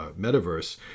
Metaverse